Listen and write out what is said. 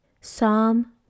psalm